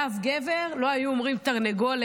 לאף גבר לא היו אומרים "תרנגולת",